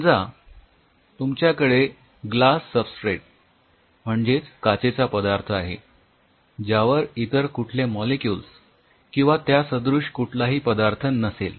समजा तुमच्याकडे glass substrate म्हणजेच काचेचा पदार्थ आहे ज्यावर इतर कुठले मॉलिक्युल्स किंवा त्यासदृश कुठलाही पदार्थ नसेल